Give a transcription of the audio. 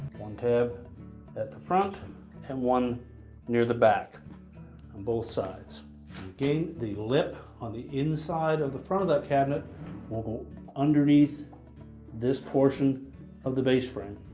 one tab at the front and one near the back on both sides again, the lip on the inside of the front of that cabinet will go underneath this portion of the base frame.